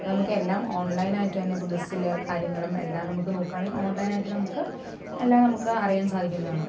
നമുക്കെല്ലാം ഓൺലൈനായിട്ട് തന്നെ ഇപ്പോൾ ബസ്സിലെ കാര്യങ്ങളും എല്ലാം നമുക്ക് നോക്കുകയാണെങ്കിൽ ഓൺലൈനായിട്ട് നമുക്ക് എല്ലാം നമുക്ക് അറിയാൻ സാധിക്കുന്നതാണ്